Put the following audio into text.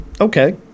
Okay